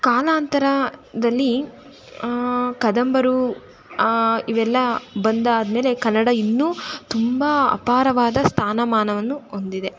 ಕಾಲಾಂತರದಲ್ಲಿ ಕದಂಬರು ಇವೆಲ್ಲ ಬಂದಾದ ಮೇಲೆ ಕನ್ನಡ ಇನ್ನೂ ತುಂಬ ಅಪಾರವಾದ ಸ್ಥಾನಮಾನವನ್ನು ಹೊಂದಿದೆ